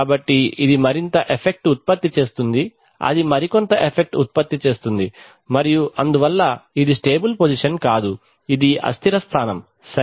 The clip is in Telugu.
కాబట్టి ఇది మరింత ఎఫెక్ట్ ఉత్పత్తి చేస్తుంది అది మరి కొంత ఎఫెక్ట్ ఉత్పత్తి చేస్తుంది మరియు అందువల్ల ఇది స్టేబుల్ పొజిషన్ కాదు ఇది అస్థిర స్థానం సరే